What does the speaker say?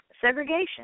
Segregation